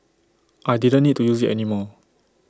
I didn't need to use IT anymore